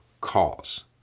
cause